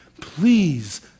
Please